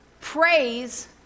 praise